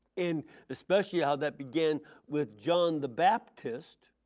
and especially ah that began with john the baptist